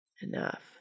Enough